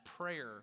prayer